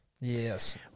Yes